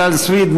רויטל סויד,